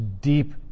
deep